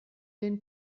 den